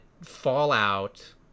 fallout